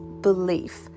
belief